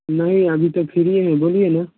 नहीं अभी तो फ्री हैं नहीं बोलिए ना